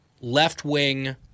left-wing